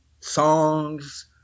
songs